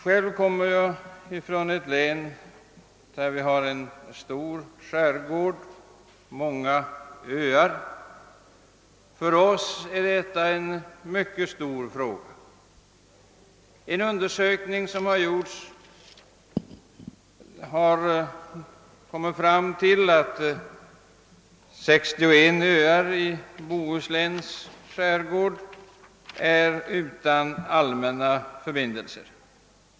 Själv kommer jag från ett län med en stor skärgård, och för oss är detta en mycket viktig fråga. En undersökning har visat att 61 öar i Bohusläns skärgård saknar allmänna förbindelser.